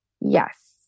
Yes